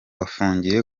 afungiye